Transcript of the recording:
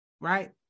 Right